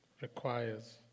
requires